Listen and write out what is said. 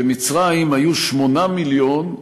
במצרים היו 8 מיליון,